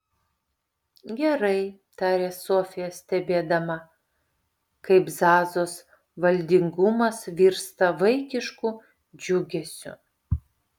gerai tarė sofija stebėdama kaip zazos valdingumas virsta vaikišku džiugesiu